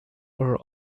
are